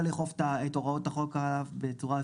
לאכוף את הוראות החוק עליו בצורה פיקטיבית.